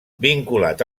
vinculat